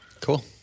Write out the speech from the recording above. Cool